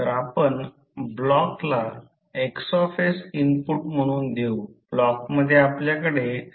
तर हे प्रत्यक्षात I आहे आणि हे N टर्न आहे आणि फ्लक्स पाथची दिशा समजून घेण्याची ही एकमेव गोष्ट आहे